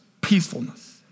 peacefulness